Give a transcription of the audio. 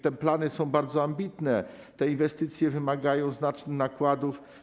Te plany są bardzo ambitne, te inwestycje wymagają znacznych nakładów.